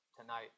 tonight